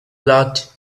lot